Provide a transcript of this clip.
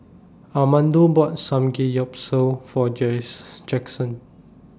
Armando bought Samgeyopsal For Jaxson